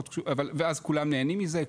ואז כולם נהנים מזה,